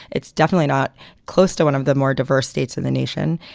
it's definitely not close to one of the more diverse states in the nation,